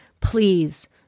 please